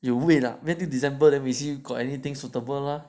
you wait till december then we see if anything suitable lor